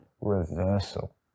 reversal